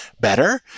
better